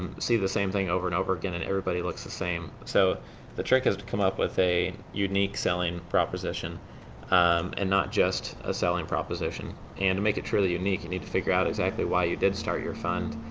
see the same thing over and over again and everybody looks the same. so the trick is to come up with a unique selling proposition and not just a selling proposition. and to make it truly unique, you need to figure out exactly why you did start your fund,